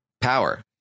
power